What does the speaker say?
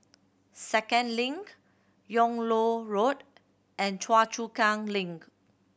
Second Link Yung Loh Road and Choa Chu Kang Link